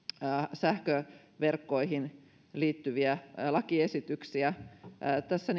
sähköverkkoihin liittyviä lakiesityksiä tässä